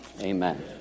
Amen